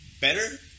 better